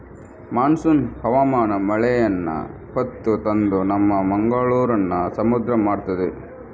monsoon ಹವಾಮಾನ ಮಳೆಯನ್ನ ಹೊತ್ತು ತಂದು ನಮ್ಮ ಮಂಗಳೂರನ್ನ ಸಮುದ್ರ ಮಾಡ್ತದೆ